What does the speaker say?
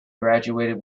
graduated